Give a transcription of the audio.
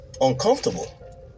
uncomfortable